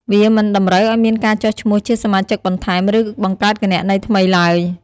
វាមិនតម្រូវឱ្យមានការចុះឈ្មោះជាសមាជិកបន្ថែម ឬបង្កើតគណនីថ្មីឡើយ។